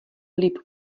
líp